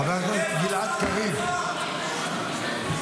חבר הכנסת גלעד קריב, די.